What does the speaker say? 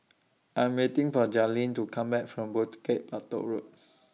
I'm waiting For Jazlene to Come Back from Bukit Batok Road